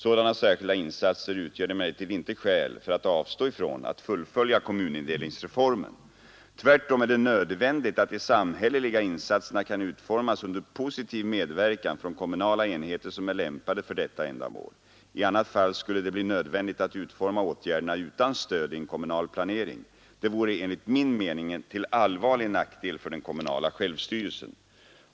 Sådana särskilda insatser utgör emellertid inte skäl för att avstå ifrån att fullfölja kommunindelningsändigt att de samhälleliga insatserna kan utformas under positiv medverkan från kommunala enheter som är lämpade för detta ändamål. I annat fall skulle det bli nödvändigt att utforma åtgärderna utan stöd i en kommunal planering. Det vore enligt min mening till allvarlig nackdel för den kommunala självstyrelsen.